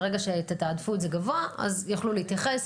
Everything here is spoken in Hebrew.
ברגע שתתעדפו את זה גבוה אז יוכלו להתייחס.